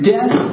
Death